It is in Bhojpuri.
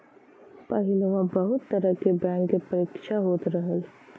पहिलवा बहुत तरह के बैंक के परीक्षा होत रहल